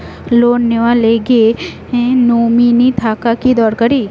Loan নেওয়ার গেলে nominee থাকা কি দরকারী?